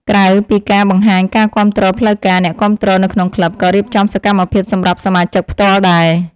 ក្រៅពីការបង្ហាញការគាំទ្រផ្លូវការ អ្នកគាំទ្រនៅក្នុងក្លឹបក៏រៀបចំសកម្មភាពសម្រាប់សមាជិកផ្ទាល់ដែរ។